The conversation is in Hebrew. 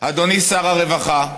אדוני שר הרווחה,